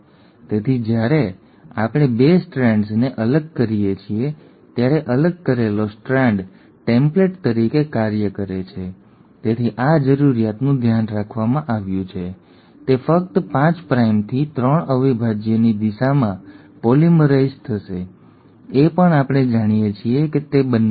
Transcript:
તેથી જ્યારે આપણે 2 સ્ટ્રેન્ડ્સને અલગ કરીએ છીએ ત્યારે અલગ કરેલો સ્ટ્રાન્ડ ટેમ્પલેટ તરીકે કાર્ય કરે છે તેથી આ જરૂરિયાતનું ધ્યાન રાખવામાં આવ્યું છે તે ફક્ત 5 પ્રાઇમથી 3 અવિભાજ્યની દિશામાં પોલિમરાઇઝ થશે એ પણ આપણે જાણીએ છીએ કે તે બને છે